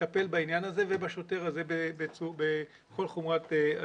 לטפל בעניין הזה ובשוטר הזה בכל חומרת הדין.